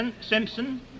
Simpson